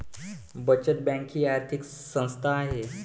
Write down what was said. बचत बँक ही आर्थिक संस्था आहे